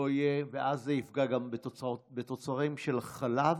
ואז זה יפגע גם בתוצרים של חלב